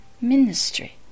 Ministry